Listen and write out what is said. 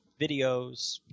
videos